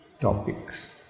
topics